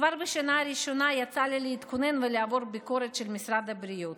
כבר בשנה הראשונה יצא לי להתכונן ולעבור ביקורת של משרד הבריאות.